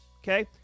okay